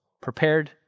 prepared